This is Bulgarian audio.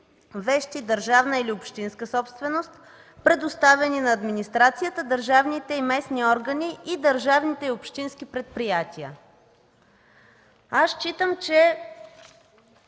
вещи, държавна или общинска собственост, предоставени на администрацията, държавните и местни органи и държавните и общински предприятия. Считам, че